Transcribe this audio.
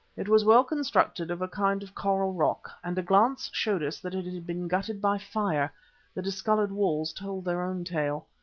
it was well-constructed of a kind of coral rock, and a glance showed us that it had been gutted by fire the discoloured walls told their own tale.